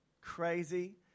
crazy